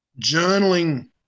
journaling